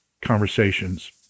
conversations